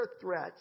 threats